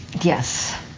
Yes